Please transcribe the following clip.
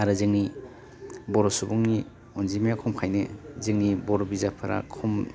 आरो जोंनि बर' सुबुंनि अनजिमाया खमखायनो जोंनि बर' बिजाबफ्रा खम